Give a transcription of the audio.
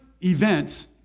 events